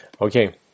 Okay